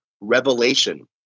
revelation